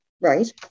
right